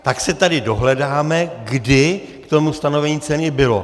Tak si tady dohledáme, kdy stanovení ceny bylo.